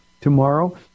tomorrow